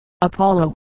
Apollo